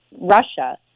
Russia